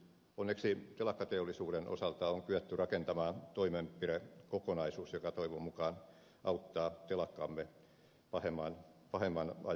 onneksi telakkateollisuuden osalta on kyetty rakentamaan toimenpidekokonaisuus joka toivon mukaan auttaa telakkamme pahimman ajan yli